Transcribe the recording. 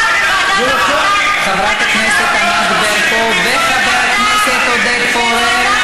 חבר הכנסת ענת ברקו וחבר הכנסת עודד פורר,